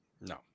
No